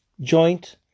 Joint